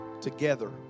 together